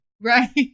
Right